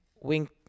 wink